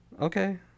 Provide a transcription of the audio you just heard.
Okay